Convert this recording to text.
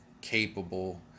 capable